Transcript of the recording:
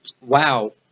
wow